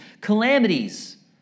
calamities